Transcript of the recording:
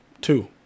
Two